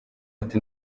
ati